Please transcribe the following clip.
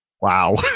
Wow